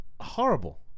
horrible